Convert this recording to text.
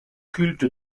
culte